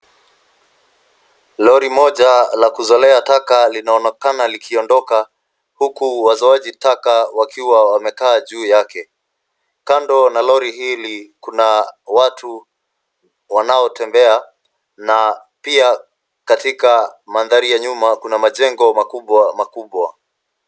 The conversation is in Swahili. Lori moja la kuzolea taka linaonekana likiondoka huku wazoaji taka wakiwa wamekaa juu yake. Kando na lori hili kuna watu wanaotembea na pia katika mandhari ya nyuma kuna majengo makubwa makubwa.